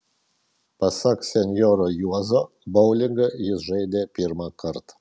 pasak senjoro juozo boulingą jis žaidė pirmą kartą